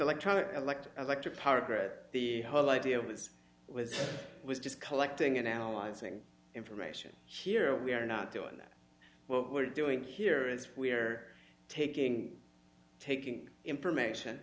electronic elect as like a power grid the whole idea of this was was just collecting and analyzing information here we are not doing that what we're doing here is we're taking taking information